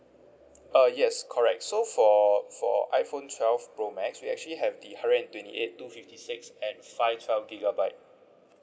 uh yes correct so for for iphone twelve pro max we actually have the hundred and twenty eight two fifty six and five twelve gigabyte